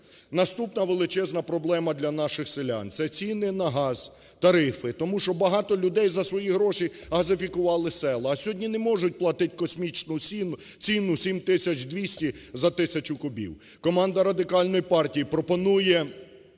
Наступна величезна проблема для наших селян це ціни на газ, тарифи. Тому що багато людей за свої гроші газифікували села, а сьогодні не можуть платити космічну ціну 7 тисяч 200 за тисячу кубів. Команда Радикальної партії пропонує